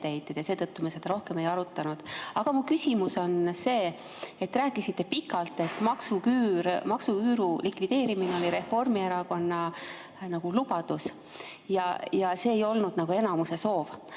etteheited ja seetõttu me seda rohkem ei arutanud. Aga minu küsimus on [järgmine]. Rääkisite pikalt, et maksuküüru likvideerimine oli Reformierakonna lubadus ja see ei olnud enamuse soov.